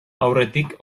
aurretik